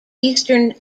eastern